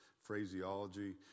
phraseology